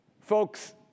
Folks